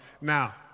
Now